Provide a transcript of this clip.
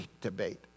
debate